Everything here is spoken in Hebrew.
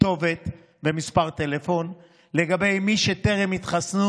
כתובת ומספר טלפון לגבי מי שטרם התחסנו